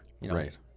Right